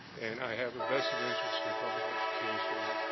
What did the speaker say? and, i have a vested interest in public education.